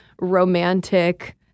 romantic